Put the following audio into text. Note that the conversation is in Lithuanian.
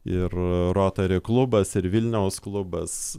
ir rotary klubas ir vilniaus klubas